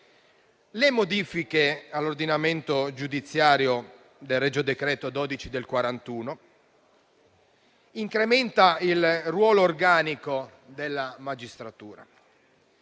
le modifiche all'ordinamento giudiziario del regio decreto n.12 del 1941; l'incremento del ruolo organico della magistratura.